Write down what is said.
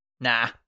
Nah